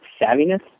savviness